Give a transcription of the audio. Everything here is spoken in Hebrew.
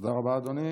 תודה רבה, אדוני.